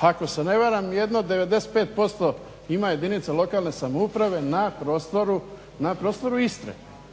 ako se ne varam jedno 95% ima jedinica lokalne samouprave na prostoru Istre,